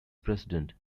president